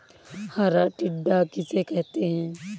हरा टिड्डा किसे कहते हैं?